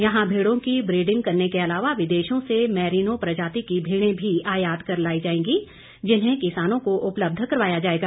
यहां भेड़ों की ब्रीडिंग करने के अलावा विदेशों से मेरिनो प्रजाति की भेड़ें भी आयात कर लाई जाएंगी जिन्हें किसानों को उपलब्ध करवाया जाएगा